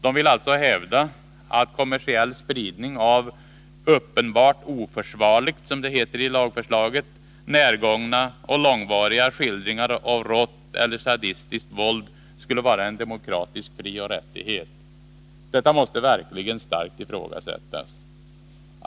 De vill alltså hävda att kommersiell spridning av ”uppenbart oförsvarligt” — som det heter i lagförslaget — närgångna och långvariga skildringar av rått eller sadistiskt våld skulle vara en demokratisk frioch rättighet. Detta måste verkligen starkt ifrågasättas.